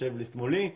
שיושב משמאלי,